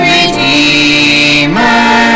Redeemer